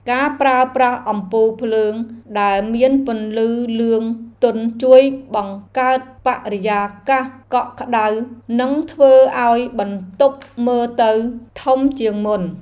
ការប្រើប្រាស់អំពូលភ្លើងដែលមានពន្លឺលឿងទន់ជួយបង្កើតបរិយាកាសកក់ក្តៅនិងធ្វើឱ្យបន្ទប់មើលទៅធំជាងមុន។